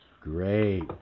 great